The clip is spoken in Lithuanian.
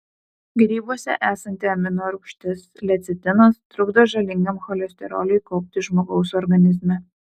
grybuose esanti amino rūgštis lecitinas trukdo žalingam cholesteroliui kauptis žmogaus organizme